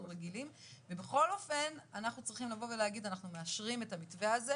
רגילים ובכל אופן אנחנו צריכים לבוא ולהגיד שאנחנו מאשרים את המתווה הזה